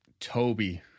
Toby